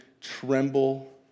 tremble